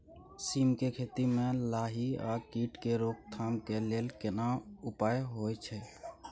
सीम के खेती म लाही आ कीट के रोक थाम के लेल केना उपाय होय छै?